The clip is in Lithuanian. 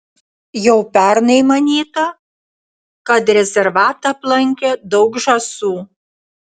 jau pernai manyta kad rezervatą aplankė daug žąsų